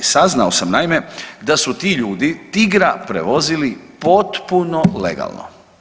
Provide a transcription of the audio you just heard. Saznao sam naime da su ti ljudi tigra prevozili potpuno legalno.